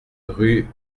rue